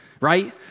right